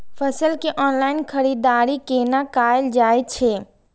फसल के ऑनलाइन खरीददारी केना कायल जाय छै?